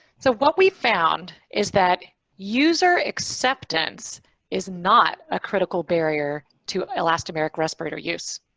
so what we found is that user acceptance is not a critical barrier to elastomeric respirator use.